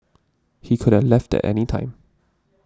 he could have left at any time